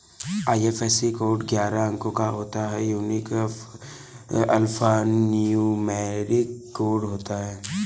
IFSC code ग्यारह अंको का एक यूनिक अल्फान्यूमैरिक कोड होता है